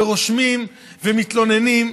רושמים ומתלוננים.